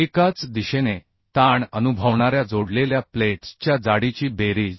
एकाच दिशेने ताण अनुभवणाऱ्या जोडलेल्या प्लेट्सच्या जाडीची बेरीज